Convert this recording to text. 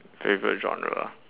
favourite genre